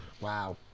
Wow